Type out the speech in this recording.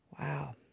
Wow